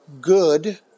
good